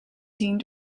zien